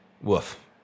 woof